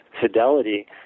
fidelity